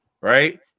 right